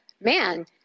man